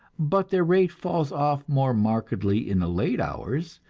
but their rate falls off more markedly in the late hours,